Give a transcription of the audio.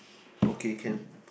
okay can